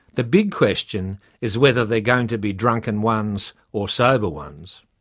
the big question is whether they're going to be drunken ones or sober ones.